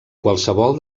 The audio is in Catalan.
qualsevol